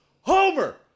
Homer